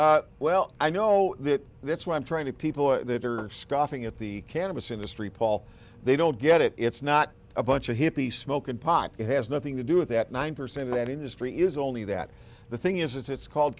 of well i know that that's why i'm trying to people that are scoffing at the cannabis industry paul they don't get it it's not a bunch of hippies smoking pot it has nothing to do with that nine percent of that industry is only that the thing is it's called